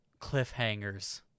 cliffhangers